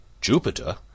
Jupiter